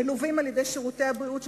מלווים על-ידי שירותי הבריאות של